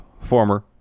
former